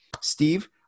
Steve